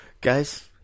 guys